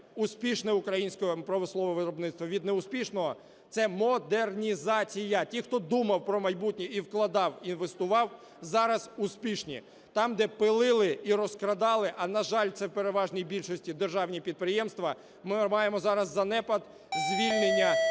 успішне українське промислове виробництво від неуспішного – це модернізація. Ті хто думав про майбутнє і вкладав, і інвестував, зараз успішні. Там, де пилили і розкрадали, а, на жаль, це в переважній більшості державні підприємства, ми маємо зараз занепад, звільнення